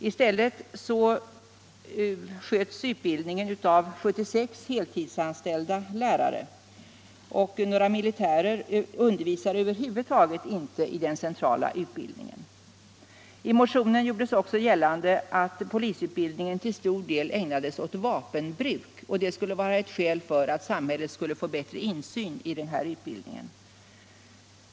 I stället sköts utbildningen av 76 heltidsanställda lärare, och några militärer undervisar över huvud taget inte i den centrala utbildningen. I motionen gjordes också gällande att polisutbildningen till stor del ägnades åt vapenbruk, och det skulle vara ett skäl till att samhället borde få bättre insyn i utbildningen.